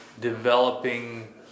developing